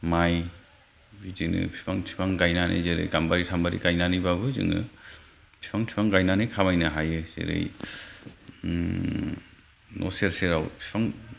माइ बिदिनो फिफां थिफां गायनानै जेरै गामबारि सामबारि गायनानै बाबो जोङो फिफां थिफां गायनानै खामायनो हायो जेरै आह न' सेर सेराव फिफां